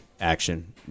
action